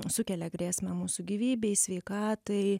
sukelia grėsmę mūsų gyvybei sveikatai